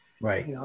Right